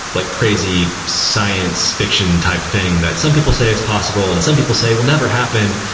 like crazy science fiction type thing that some people say it's possible and some people say, it will never happen.